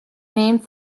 named